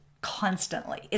Constantly